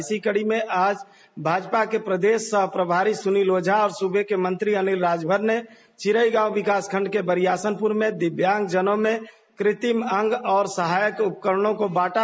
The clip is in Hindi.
इसी कड़ी में आज भाजपा के प्रदेश सह प्रभारी सुनील ओझा और सूबे के मंत्री अनिल राजभर ने चिरईगांव विकास खंड के बरियाशनपुर में दिव्यांग जनों में कृत्रिम अंग और सहायक उपकरण को बांटा